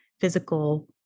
physical